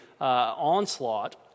onslaught